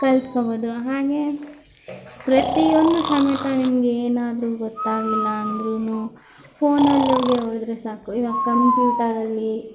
ಕಲ್ತ್ಕೊಬೋದು ಹಾಗೆ ಪ್ರತಿಯೊಂದು ಸಮೇತ ನಿಮಗೆ ಏನಾದ್ರು ಗೊತ್ತಾಗ್ಲಿಲ್ಲ ಅಂದ್ರೂ ಫೋನಲ್ಲೋಗಿ ನೋಡಿದರೆ ಸಾಕು ಇವಾಗ ಕಂಪ್ಯೂಟರಲ್ಲಿ